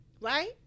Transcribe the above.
Right